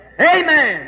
Amen